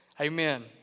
Amen